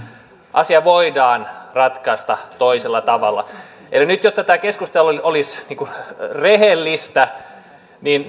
asia voidaan ratkaista toisella tavalla eli nyt jotta tämä keskustelu olisi rehellistä